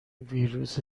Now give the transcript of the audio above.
ویروس